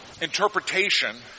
interpretation